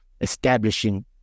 establishing